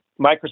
Microsoft